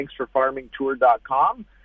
thanksforfarmingtour.com